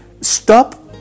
stop